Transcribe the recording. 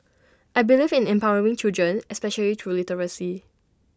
I believe in empowering children especially through literacy